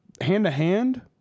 hand-to-hand